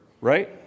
Right